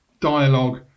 dialogue